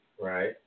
Right